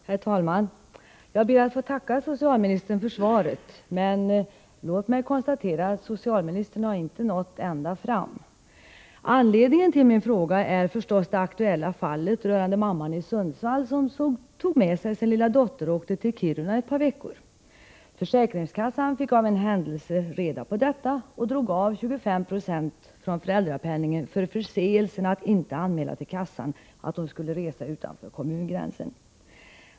Herr talman! Jag ber att få tacka socialministern för svaret. Men låt mig konstatera att socialministern inte har nått ända fram. Anledningen till min fråga är naturligtvis det aktuella fallet rörande mamman i Sundsvall som tog med sig sin lilla dotter och åkte till Kiruna ett par veckor. Försäkringskassan fick av en händelse reda på detta och drog av 25 90 från föräldrapenningen för ”förseelsen” att inte anmäla till kassan att hon skulle resa utanför kommungränsen.